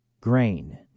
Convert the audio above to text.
grain